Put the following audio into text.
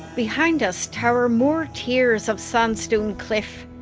behind us tower more tiers of sandstone cliff.